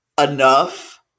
enough